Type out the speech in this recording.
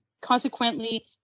consequently